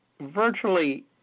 virtually